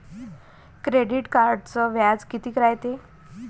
Credit कार्डचं व्याज कितीक रायते?